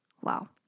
Wow